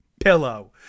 Pillow